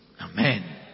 Amen